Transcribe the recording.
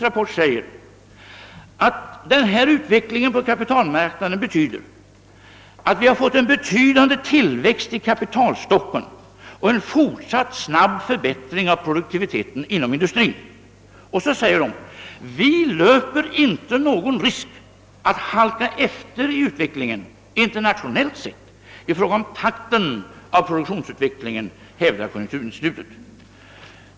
Rapporten säger att den nuvarande utvecklingen på kapitalmarknaden innebär att vi har fått en betydande tillväxt i kapitalstocken och en fortsatt snabb förbättring av produktiviteten inom industrin. Vidare heter det att vi inte löper någon risk att internationellt sett halka efter i utvecklingstakten.